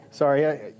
Sorry